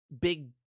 big